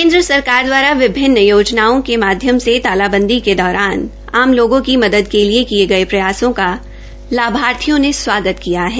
केन्द्र सरकार द्वारा विभिन्न योजनाओं के माध्यम से तालाबंदी के दौरान आम लोगों की मदद के लिए किए गए प्रयासों का लाभार्थियों ने स्वागत किया है